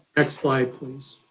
next slide please.